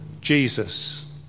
Jesus